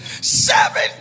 Seven